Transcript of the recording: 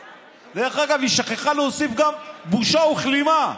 אגב, היא שכחה להוסיף גם: בושה וכלימה.